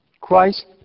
Christ